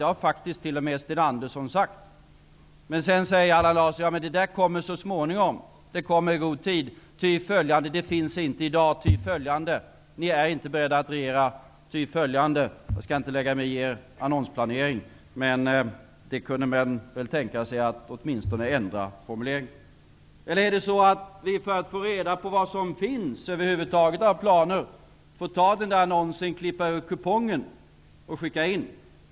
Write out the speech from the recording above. Det har faktiskt t.o.m. Sten Andersson sagt. Å andra sidan säger Allan Larsson att det där kommer så småningom. Det kommer i god tid. Ty åtföljande finns det inte i dag, ty åtföljande är ni inte beredda att regera. Jag skall inte lägga mig i er annonsplanering, men ty åtföljande kunde ni väl tänka er att åtminstone ändra formuleringen. Eller är det så att vi för att få reda på vad som finns över huvud taget av planer får ta annonsen, klippa ur kupongen och skicka in den?